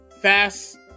fast